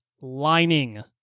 lining